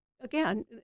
again